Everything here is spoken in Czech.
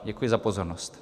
Děkuji za pozornost.